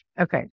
Okay